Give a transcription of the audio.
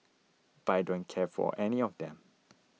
but I don't care for any of them